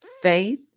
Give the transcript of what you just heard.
Faith